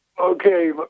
Okay